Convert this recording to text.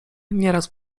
nieraz